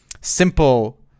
simple